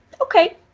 Okay